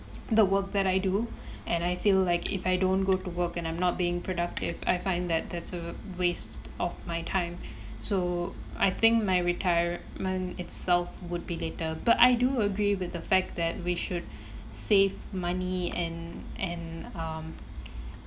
the work that I do and I feel like if I don't go to work and I'm not being productive I find that that's a waste of my time so I think my retirement itself would be later but I do agree with the fact that we should save money and and um